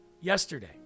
yesterday